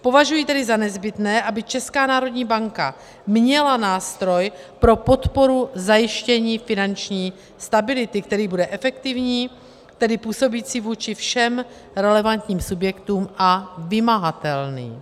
Považuji tedy za nezbytné, aby Česká národní banka měla nástroj pro podporu zajištění finanční stability, který bude efektivní, tedy působící vůči všem relevantním subjektům, a vymahatelný.